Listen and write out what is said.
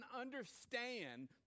understand